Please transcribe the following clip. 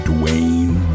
Dwayne